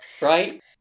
Right